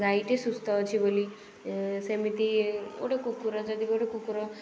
ଗାଈଟେ ସୁସ୍ଥ ଅଛି ବୋଲି ସେମିତି ଗୋଟେ କୁକୁର ଯଦି ଗୋଟେ କୁକୁର